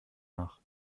nach